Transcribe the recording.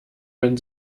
wenn